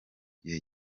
gihe